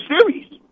series